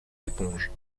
éponges